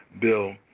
bill